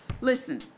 Listen